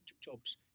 jobs